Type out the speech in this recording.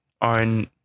on